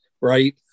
right